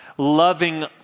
loving